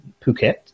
Phuket